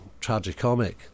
tragicomic